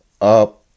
up